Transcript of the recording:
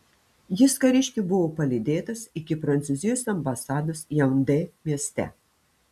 jis kariškių buvo palydėtas iki prancūzijos ambasados jaundė mieste